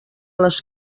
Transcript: les